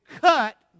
cut